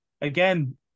again